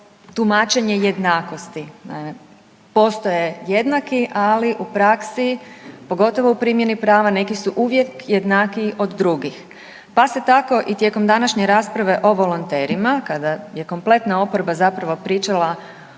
tumačenje jednakosti. Postoje jednaki, ali u praksi pogotovo u primjeni prava neki su uvijek jednakiji od drugih. Pa se tako i tijekom današnje rasprave o volonterima kada je kompletna oporba zapravo pričala